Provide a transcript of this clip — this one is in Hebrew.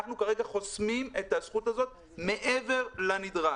אנחנו כרגע חוסמים את הזכות הזו מעבר לנדרש.